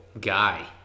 guy